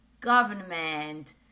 government